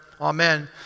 Amen